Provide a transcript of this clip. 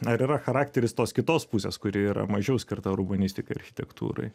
ar yra charakteris tos kitos pusės kuri yra mažiau skirta urbanistikai architektūrai